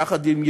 יחד עם ידידי,